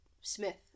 Smith